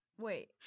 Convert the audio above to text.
Wait